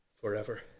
forever